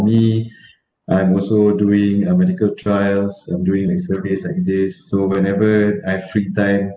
me I'm also doing a medical trials I'm doing like surveys like this so whenever I've free time